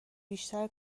بیشتر